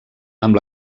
amb